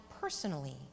personally